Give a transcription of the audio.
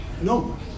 No